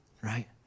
right